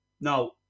Now